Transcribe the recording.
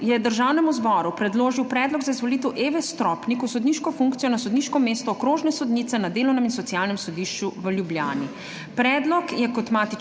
je Državnemu zboru predložil predlog za izvolitev Eve Stropnik v sodniško funkcijo na sodniško mesto okrožne sodnice na Delovnem in socialnem sodišču v Ljubljani.